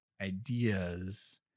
ideas